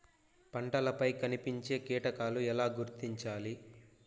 పంటలపై కనిపించే కీటకాలు ఎలా గుర్తించాలి?